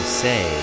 say